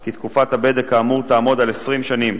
כי תקופת הבדק כאמור תעמוד על 20 שנים.